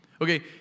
Okay